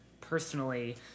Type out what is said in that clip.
personally